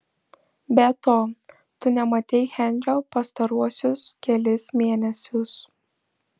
be to tu nematei henrio pastaruosius kelis mėnesius